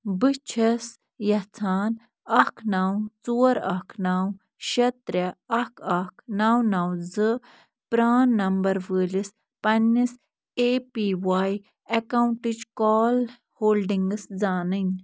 بہٕ چھَس یژھان اکھ نَو ژور اَکھ نَو شےٚ ترٛےٚ اکھ اکھ نَو نَو زٕ پرٛان نمبر وٲلِس پنٛنِس اے پی واے اٮ۪کاوُنٛٹٕچ کال ہولڈِنٛگٕس زانٕنۍ